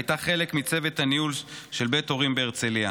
והיית חלק מצוות הניהול של בית הורים בהרצליה.